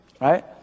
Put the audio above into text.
right